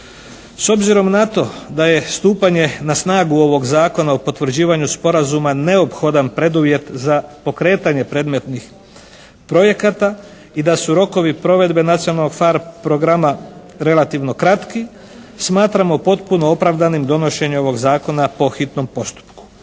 S obzirom na to da je stupanje na snagu ovog Zakona o potvrđivanju sporazuma neophodan preduvjet za pokretanje predmetnih projekata i da su rokovi provedbe nacionalnog PHARE programa relativno kratki smatramo potpuno opravdanim donošenje ovog Zakona po hitnom postupku.